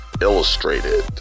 illustrated